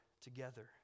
together